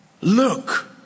Look